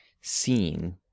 seen